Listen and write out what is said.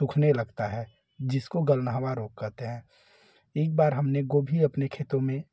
सूखने लगता है जिसको गलनाहवा रोग कहते हैं एक बार हमने गोभी अपने खेतो में